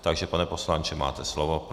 Takže pane poslanče, máte slovo.